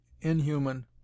inhuman